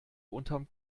unterm